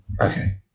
Okay